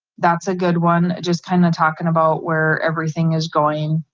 that's a good one just kind of talking about where everything is going,